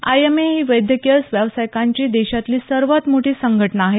IMA ही वैद्यकीय व्यावसायिकांची देशातली सर्वात मोठी संघटना आहे